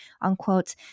unquote